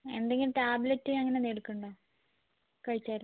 എന്തെങ്കിലും ടാബ്ലറ്റ് അങ്ങനെ എന്തേലും എടുക്കുന്നുണ്ടോ കഴിച്ചായിരുന്നോ